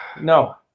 no